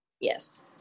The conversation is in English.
yes